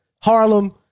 Harlem